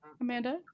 Amanda